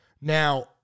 Now